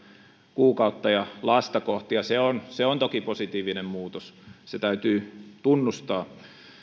kuukautta ja lasta kohti se on se on toki positiivinen muutos se täytyy tunnustaa